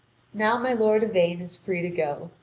now my lord yvain is free to go,